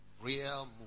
Real